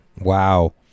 Wow